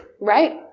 Right